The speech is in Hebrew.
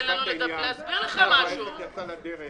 עדיין יש זמן לשכנע עד המליאה.